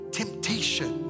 temptation